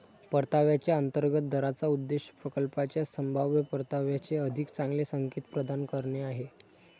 परताव्याच्या अंतर्गत दराचा उद्देश प्रकल्पाच्या संभाव्य परताव्याचे अधिक चांगले संकेत प्रदान करणे आहे